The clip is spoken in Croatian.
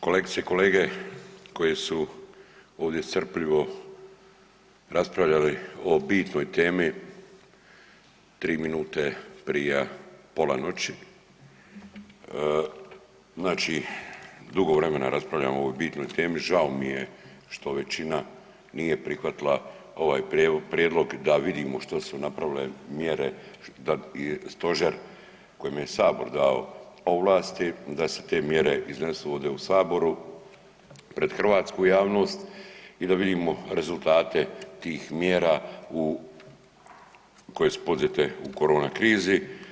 Kolegice i kolege koje su ovdje strpljivo raspravljali o bitnoj temi 3 minute prija pola noći, znači dugo vremena raspravljamo o ovoj bitnoj temi, žao mi je što većina nije prihvatila ovaj prijedlog da vidimo što su napravile mjere, stožer kojemu je sabor dao ovlasti da se te mjere iznesu ovdje u saboru pred hrvatsku javnost i da vidimo rezultate tih mjera u, koje su poduzete u korona krizi.